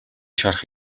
шарх